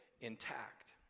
intact